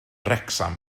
wrecsam